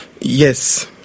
Yes